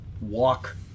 walk